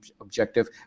objective